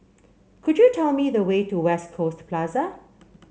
could you tell me the way to West Coast Plaza